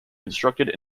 constructed